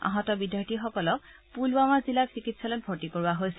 আহত বিদ্যাৰ্থীসকলক পূলৱামাৰ জিলা চিকিৎসালয়ত ভৰ্তি কৰোৱা হৈছে